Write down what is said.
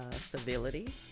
civility